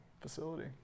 facility